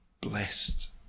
blessed